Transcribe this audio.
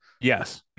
Yes